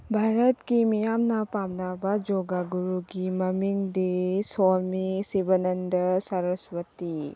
ꯚꯥꯔꯠꯀꯤ ꯃꯤꯌꯥꯝꯅ ꯄꯥꯝꯅꯕ ꯌꯣꯒ ꯒꯨꯔꯨꯒꯤ ꯃꯃꯤꯡꯗꯤ ꯁꯣꯃꯤ ꯁꯤꯕꯅꯟꯗ ꯁꯔꯠꯁ꯭ꯋꯁꯇꯤ